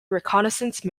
reconnaissance